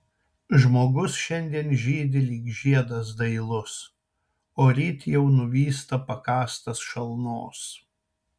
žmogus šiandien žydi lyg žiedas dailus o ryt jau nuvysta pakąstas šalnos